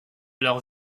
leur